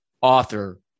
author